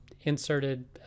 inserted